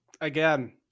Again